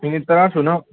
minute ꯇꯔꯥ ꯁꯨꯅꯕ